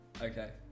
Okay